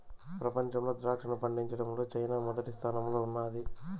ప్రపంచంలో ద్రాక్షను పండించడంలో చైనా మొదటి స్థానంలో ఉన్నాది